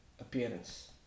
Appearance